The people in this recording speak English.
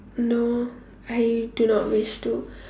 no I do not wish to